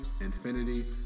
Infinity